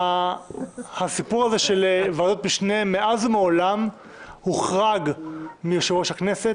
הסיפור הזה של ועדות משנה מאז ומעולם הוחרג מיושב-ראש הכנסת,